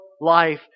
life